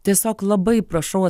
tiesiog labai prašau